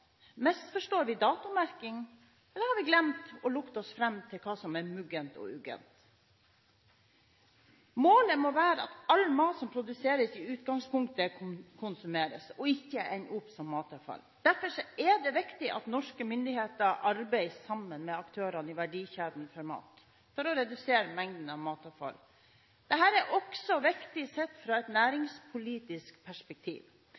vi datomerkingen, eller har vi glemt å lukte oss fram til hva som er muggent og uggent? Målet må være at all mat som produseres, i utgangspunktet konsumeres og ikke ender opp som matavfall. Det er viktig at norske myndigheter arbeider sammen med aktørene i verdikjeden for mat for å redusere mengden av matavfall. Dette er også viktig sett fra et næringspolitisk perspektiv.